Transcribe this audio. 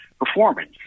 performance